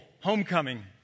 homecoming